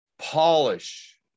polish